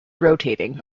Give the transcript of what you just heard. rotating